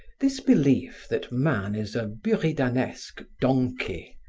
this belief that man is a buridanesque donkey,